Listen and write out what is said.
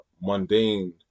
mundane